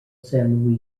san